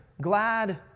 glad